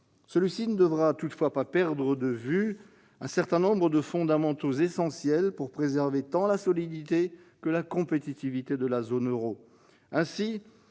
Celui-ci ne devra toutefois pas perdre de vue un certain nombre de fondamentaux, essentiels pour préserver tant la solidité que la compétitivité de la zone euro.